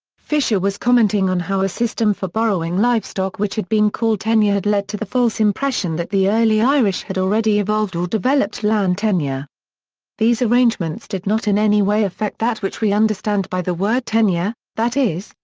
fisher was commenting on how a system for borrowing livestock which had been called tenure had led to the false impression that the early irish had already evolved or developed land tenure these arrangements did not in any way affect that which we understand by the word tenure, that is,